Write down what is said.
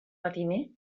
matiner